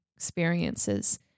experiences